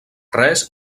res